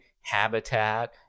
Habitat